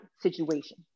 situation